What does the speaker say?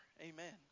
Amen